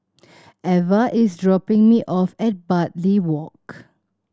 Eva is dropping me off at Bartley Walk